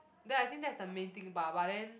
then I think that's the main thing bah but then